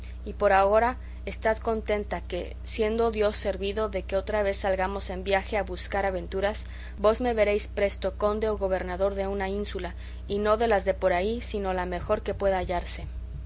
y por agora estad contenta que siendo dios servido de que otra vez salgamos en viaje a buscar aventuras vos me veréis presto conde o gobernador de una ínsula y no de las de por ahí sino la mejor que pueda